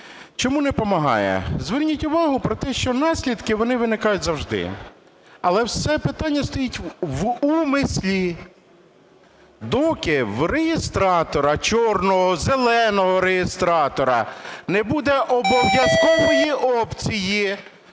Чому не помагає? Зверніть увагу про те, що наслідки вони виникають завжди. Але все питання стоїть в умислі. Доки в реєстратора "чорного", "зеленого" реєстратора не буде обов'язкової опції